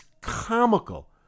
comical